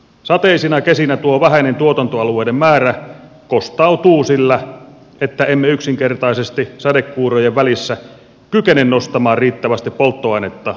sateisina kesinä tuo vähäinen tuotantoalueiden määrä kostautuu sillä että emme yksinkertaisesti sadekuurojen välissä kykene nostamaan riittävästi polttoainetta talven varalle